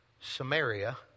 Samaria